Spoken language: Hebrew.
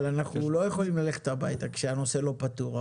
אבל אנחנו לא יכולים ללכת הביתה כשהנושא לא פתור.